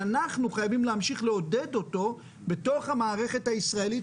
שאנחנו חייבים להמשיך לעודד אותו בתוך המערכת הישראלית,